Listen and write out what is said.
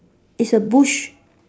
is a bush